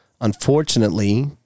unfortunately